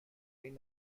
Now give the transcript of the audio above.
این